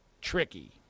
tricky